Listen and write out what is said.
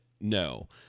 No